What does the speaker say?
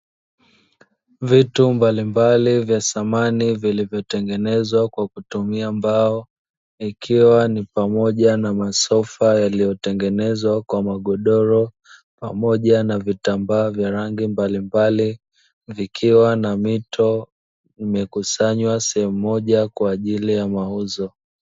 Vitu mbalimbali vya samani, vilivyotengenezwa kwa kutumia mbao, vikiwa na mito imekusanywa sehemu moja kwaajili ya mauzo.